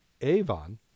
Avon